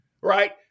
right